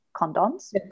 condoms